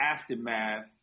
aftermath